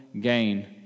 gain